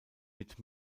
mit